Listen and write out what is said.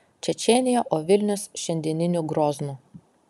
čečėnija o vilnius šiandieniniu groznu